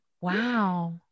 Wow